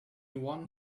one